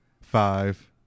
Five